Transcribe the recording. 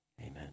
Amen